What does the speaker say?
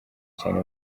cyane